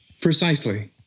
Precisely